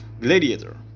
Gladiator